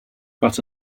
but